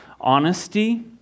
honesty